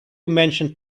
mentioned